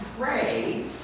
pray